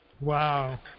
Wow